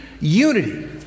unity